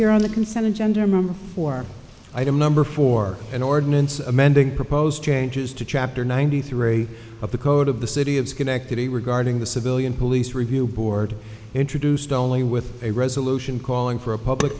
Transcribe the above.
appear on the consent of gender member for item number four an ordinance amending proposed changes to chapter ninety three of the code of the city of schenectady regarding the civilian police review board introduced only with a resolution calling for a public